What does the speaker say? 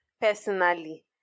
personally